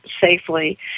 safely